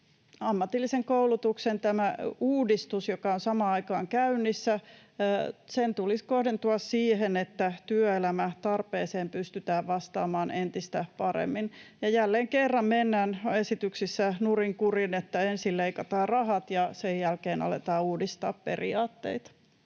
ammatillisen koulutuksen uudistuksen, joka on samaan aikaan käynnissä, tulisi kohdentua siihen, että työelämän tarpeeseen pystytään vastaamaan entistä paremmin. Ja jälleen kerran mennään esityksessä nurinkurin, että ensin leikataan rahat ja sen jälkeen aletaan uudistaa periaatteita.